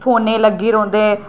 फोनै लग्गी रौंह्दे